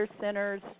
centers